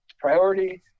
priority